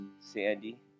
Sandy